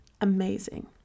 amazing